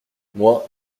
moi